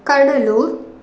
Cuddalore